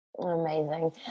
Amazing